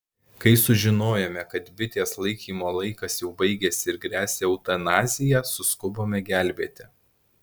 kai sužinojome kad bitės laikymo laikas jau baigėsi ir gresia eutanazija suskubome gelbėti